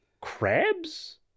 crabs